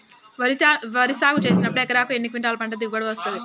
వరి సాగు చేసినప్పుడు ఎకరాకు ఎన్ని క్వింటాలు పంట దిగుబడి వస్తది?